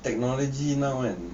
technology now kan